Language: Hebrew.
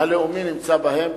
הלאומי נמצא בהם,